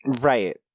Right